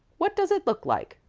what does it look like?